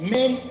Men